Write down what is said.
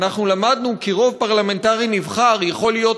"למדנו כי רוב פרלמנטרי נבחר יכול להיות